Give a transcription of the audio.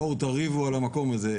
בואו, תריבו על המקום הזה.